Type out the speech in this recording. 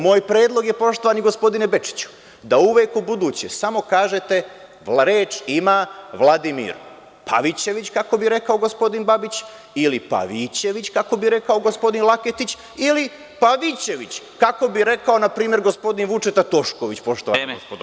Moj predlog je, poštovani gospodine Bečiću, da uvek ubuduće samo kažete – reč ima Vladimir „Pavićević“, kako bi rekao gospodin Babić, ili „Pavićević“, kako bi rekao gospodin Laketić, ili „Pavićević“, kako bi rekao npr. gospodin Vučeta Tošković, poštovana gospodo.